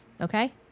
okay